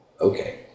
Okay